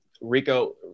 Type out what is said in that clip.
Rico